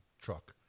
truck